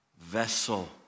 vessel